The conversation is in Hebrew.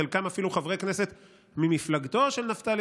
חלקם אפילו חברי כנסת ממפלגתו של נפתלי